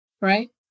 right